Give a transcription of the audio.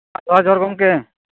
ᱡᱚᱦᱟᱨ ᱡᱚᱦᱟᱨ ᱜᱚᱢᱠᱮ